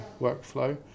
workflow